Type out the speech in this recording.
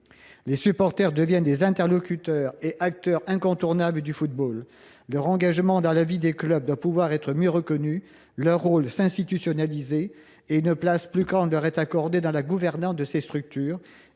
Les supporters deviennent des interlocuteurs et des acteurs incontournables du football. Il faut que leur engagement dans la vie des clubs soit mieux reconnu, que leur rôle soit institutionnalisé, et qu’une place plus grande leur soit accordée dans la gouvernance de ces structures.